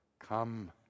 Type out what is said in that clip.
come